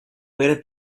waited